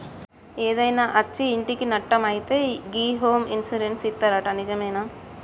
ఏదైనా అచ్చి ఇంటికి నట్టం అయితే గి హోమ్ ఇన్సూరెన్స్ ఇత్తరట నిజమేనా